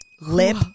lip